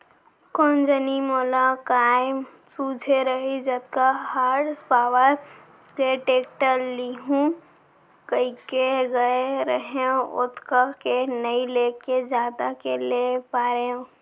कोन जनी मोला काय सूझे रहिस जतका हार्स पॉवर के टेक्टर लेहूँ कइके गए रहेंव ओतका के नइ लेके जादा के ले पारेंव